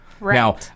Now